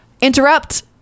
interrupt